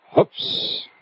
Oops